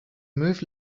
move